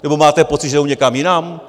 Nebo máte pocit, že jdou někam jinam?